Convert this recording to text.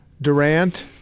Durant